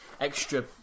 extra